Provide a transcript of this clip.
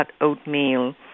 oatmeal